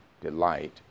delight